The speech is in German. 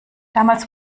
damals